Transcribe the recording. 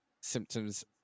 symptoms